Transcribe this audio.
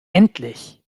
endlich